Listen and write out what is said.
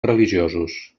religiosos